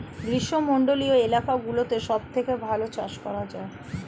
গ্রীষ্মমণ্ডলীয় এলাকাগুলোতে সবথেকে ভালো চাষ করা যায়